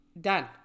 Done